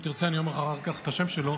אם תרצה אני אומר לך אחר כך את השם שלו.